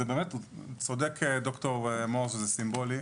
צודק ד"ר מור שזה סימבולי.